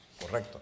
Correcto